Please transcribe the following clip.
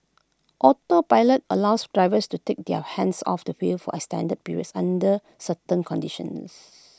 autopilot allows drivers to take their hands off the wheel for extended periods under certain conditions